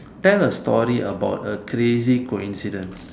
tell a story about a crazy coincidence